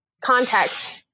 context